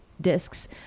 discs